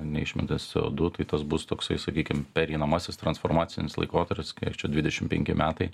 neišmėtys c o du tai tas bus toksai sakykim pereinamasis transformacinis laikotarpis kai dvidešimt penki metai